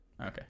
okay